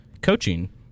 coaching